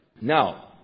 Now